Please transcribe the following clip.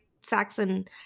Saxon